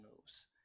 moves